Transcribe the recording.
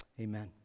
amen